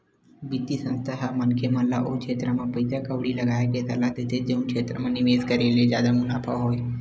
बित्तीय संस्था ह मनखे मन ल ओ छेत्र म पइसा कउड़ी लगाय के सलाह देथे जउन क्षेत्र म निवेस करे ले जादा मुनाफा होवय